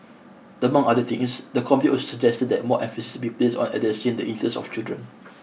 among other things the committee also suggested that more emphasis be placed on addressing the interests of children